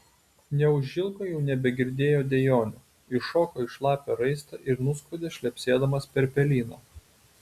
neužilgo jau nebegirdėjo dejonių iššoko į šlapią raistą ir nuskuodė šlepsėdamas per pelyną